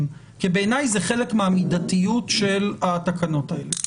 כי בעיניי זה חלק מהמידתיות של התקנות האלה.